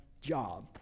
job